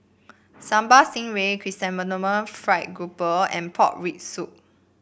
Sambal Stingray Chrysanthemum Fried Grouper and Pork Rib Soup